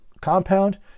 compound